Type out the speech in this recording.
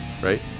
right